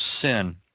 sin